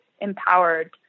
empowered